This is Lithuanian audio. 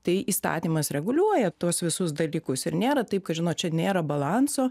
tai įstatymas reguliuoja tuos visus dalykus ir nėra taip kad žinot čia nėra balanso